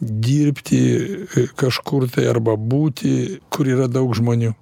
dirbti kažkur tai arba būti kur yra daug žmonių